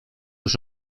już